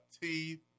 teeth